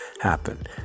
happen